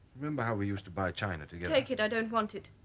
remember how we used to buy china together. take it i don't want it